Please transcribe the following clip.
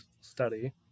study